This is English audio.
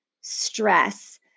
stress